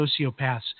sociopaths